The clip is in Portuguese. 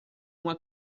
uma